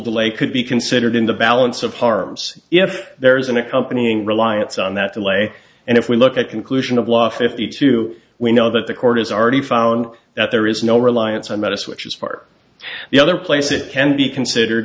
delay could be can centered in the balance of harms if there is an accompanying reliance on that delay and if we look at conclusion of law fifty two we know that the court has already found that there is no reliance on medicine which is for the other place it can be considered